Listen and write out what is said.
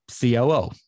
COO